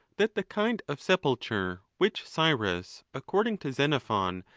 that the kind of sepulture which cyrus, according to xenophon,